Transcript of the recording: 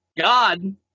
God